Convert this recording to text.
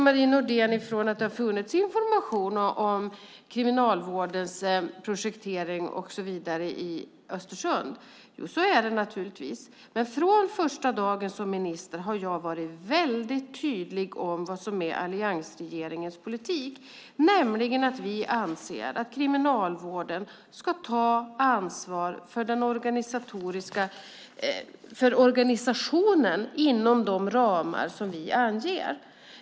Marie Nordén utgår från att det har funnits information om Kriminalvårdens projektering och så vidare i Östersund. Så är det naturligtvis. Men från min första dag som minister har jag varit väldigt tydlig om vad som är alliansregeringens politik, nämligen att Kriminalvården själv ska ta ansvar för organisationen inom de ramar som vi anger.